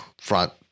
front